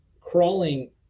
crawling